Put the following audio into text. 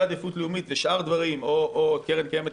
עדיפות לאומית ושאר דברים או קרן קיימת,